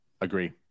Agree